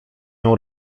nią